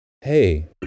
Hey